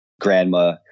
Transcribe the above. grandma